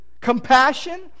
compassion